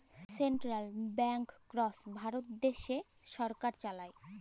central banks Bharat দ্যাশেল্লে সরকার চালায়